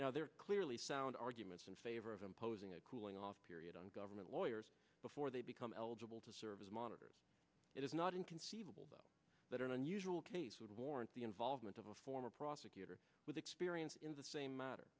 now there are clearly sound arguments in favor of imposing a cooling off period on government lawyers before they become eligible to serve as monitors it is not inconceivable that an unusual case would warrant the involvement of a former prosecutor with experience in the same matter